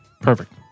perfect